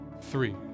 three